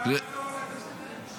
--- אתה אמרת לו להגיש את זה?